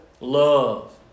love